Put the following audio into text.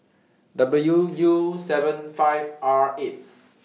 W U seven five R eight